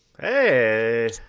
Hey